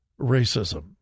racism